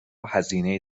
هزینه